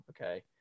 Okay